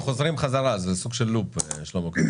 טוב, אנחנו חוזרים חזרה, זה סוג של לופ, שלמה.